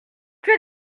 que